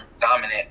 dominant